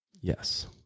Yes